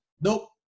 Nope